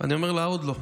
ואני אומר לה: עוד לא.